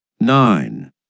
Nine